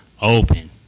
open